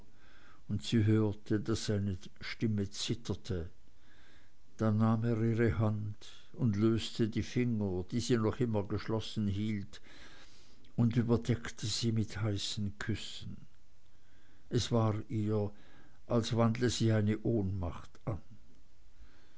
und sie hörte daß seine stimme zitterte dann nahm er ihre hand und löste die finger die sie noch immer geschlossen hielt und überdeckte sie mit heißen küssen es war ihr als wandle sie eine ohnmacht an